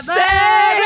say